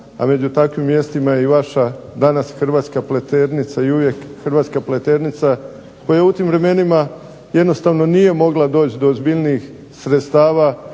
a među takvim mjestima je i vaša danas hrvatska Pleternica, i uvijek hrvatska Pleternica koja u tim vremenima jednostavno nije mogla doći do ozbiljnijih sredstava